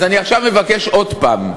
אז אני עכשיו מבקש עוד הפעם: